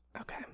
okay